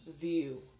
view